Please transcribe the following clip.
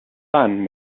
son